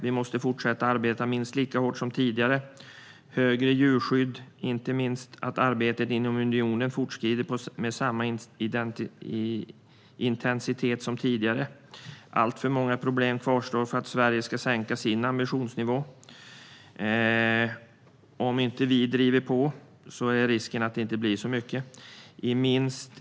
Vi måste fortsätta arbeta minst lika hårt som tidigare för högre djurskydd, inte minst för att arbetet inom unionen ska fortskrida med samma intensitet som tidigare. Alltför många problem kvarstår för att Sverige ska sänka sin ambitionsnivå. Om inte vi driver på finns det risk för att det inte blir särskilt mycket gjort.